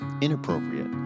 inappropriate